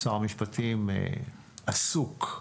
שר המשפטים עסוק,